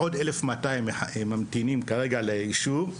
עוד 1,200 ממתינות כרגע לאישור.